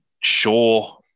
sure